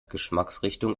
geschmacksrichtung